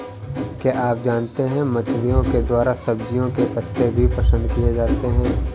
क्या आप जानते है मछलिओं के द्वारा सब्जियों के पत्ते भी पसंद किए जाते है